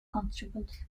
constables